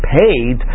paid